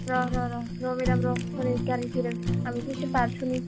र' मेदाम र' हनै गारि फैदों आं बेखौ एसे बारस'नि